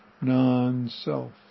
non-self